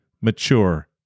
mature